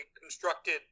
constructed